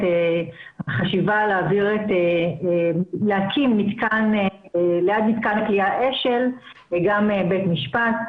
חשיבה להקים ליד מתקן הכליאה אשל גם בית משפט.